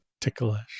ticklish